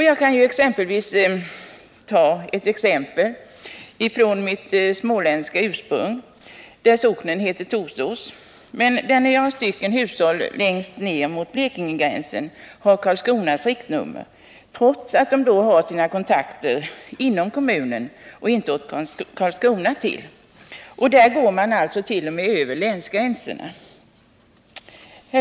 Jag kan ta ytterligare ett exempel, från Småland, varifrån jag ursprungligen kommer. Socknen i fråga heter Torsås. Där har några hushåll närmast Blekingegränsen Karlskronas riktnummer, trots att människorna har sina kontakter inom kommunen och inte inom Karlskronaområdet. Här har man alltså gått t.o.m. över länsgränserna.